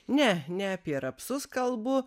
ne ne apie rapsus kalbu